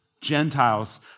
Gentiles